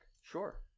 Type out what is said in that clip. Sure